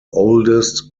oldest